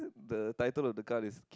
the title of the card is